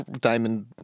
diamond